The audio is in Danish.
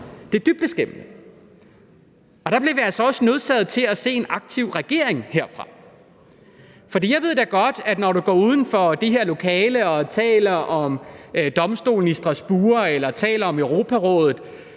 Det er dybt beskæmmende. Og der bliver vi altså også nødsaget til at se en aktiv regering herfra. For jeg ved da godt, at når du går uden for det her lokale og taler om domstolen i Strasbourg eller taler om Europarådet,